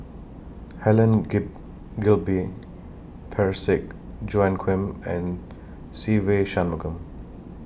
Helen Gay Gilbey Parsick Joaquim and Se Ve Shanmugam